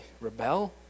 rebel